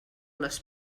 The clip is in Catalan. les